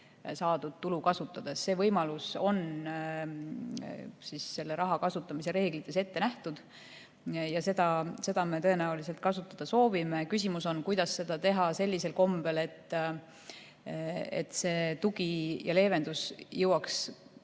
[leevenduse pakkumise] võimalus on selle raha kasutamise reeglites ette nähtud ja seda me tõenäoliselt kasutada soovime. Küsimus on, kuidas seda teha sellisel kombel, et see tugi ja leevendus jõuaks